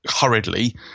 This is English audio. hurriedly